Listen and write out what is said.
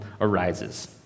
arises